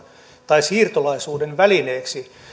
tai siirtolaisuuden välineeksi